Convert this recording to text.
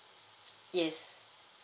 yes